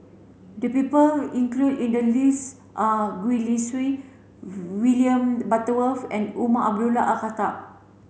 the people includ in the list are Gwee Li Sui William Butterworth and Umar Abdullah Al Khatib